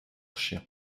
chien